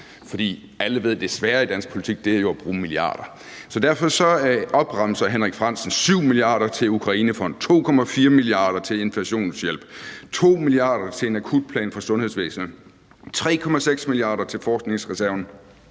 desværre, at det jo handler om at bruge milliarder. Derfor opremser hr. Henrik Frandsen 7 mia. kr. til Ukrainefonden, 2,4 mia. kr. til inflationshjælp, 2 mia. kr. til en akutplan for sundhedsvæsenet, 3,6 mia. kr. til forskningsreserven,